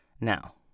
Now